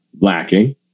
lacking